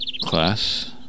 class